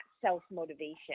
self-motivation